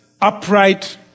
upright